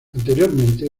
anteriormente